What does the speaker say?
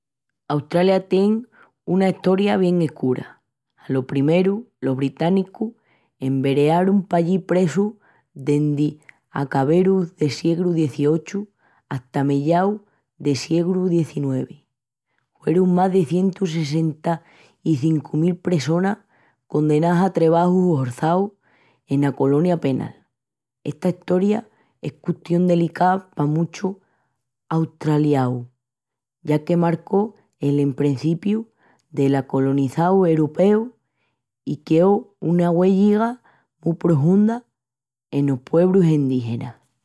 Australia tien una estoria bien escura. Alo primeru los británicos enverearun pallí presus dendi acaberus del siegru XVIII hata meyaus del siegru XIX? Huerun más de cientu sessenta-i-cincu mil pressonas condenás a trebajus horçaus ena colonia penal. Esta estoria es custión delicá pa muchus australiaus, ya que marcó l'emprencipiu delo colonizagi uropeu i queó una huélliga mu prohunda enos puebrus endígenas.